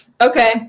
Okay